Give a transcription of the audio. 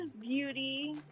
Beauty